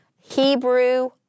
Hebrew